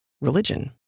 religion